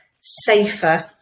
safer